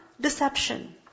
Deception